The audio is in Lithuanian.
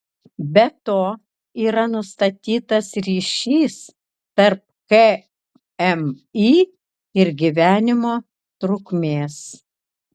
be to yra nustatytas ryšys tarp kmi ir gyvenimo trukmės